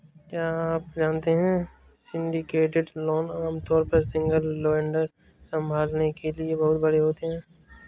क्या आप जानते है सिंडिकेटेड लोन आमतौर पर सिंगल लेंडर संभालने के लिए बहुत बड़े होते हैं?